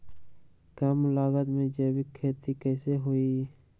कम लागत में जैविक खेती कैसे हुआ लाई?